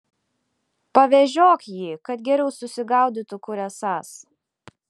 pavežiok jį kad geriau susigaudytų kur esąs